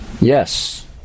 Yes